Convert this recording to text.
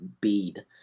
bead